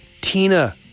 Tina